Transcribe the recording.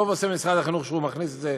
טוב עושה משרד החינוך שהוא מכניס את זה.